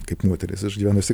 kaip moteris išgyvenusi